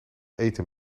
eten